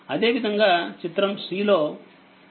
అదేవిధంగాచిత్రం c లో i52